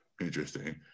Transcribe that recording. Interesting